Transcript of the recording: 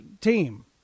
team